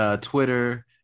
Twitter